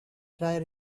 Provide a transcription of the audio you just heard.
dry